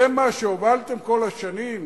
זה מה שהובלתם כל השנים?